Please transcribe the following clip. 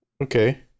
Okay